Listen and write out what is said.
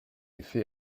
effet